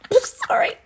Sorry